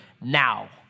now